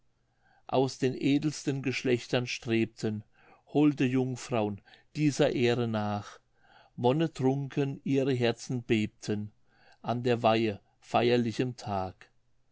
aus den edelsten geschlechtern strebten holde jungfrau'n dieser ehre nach wonnetrunken ihre herzen bebten an der weihe feierlichem tag